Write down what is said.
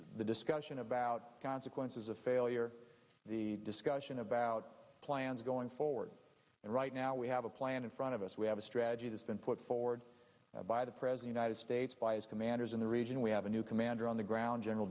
the discussion about consequences of failure the discussion about plans going forward and right now we have a plan in front of us we have a strategy that's been put forward by the president ited states by his commanders in the region we have a new commander on the ground general